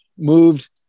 moved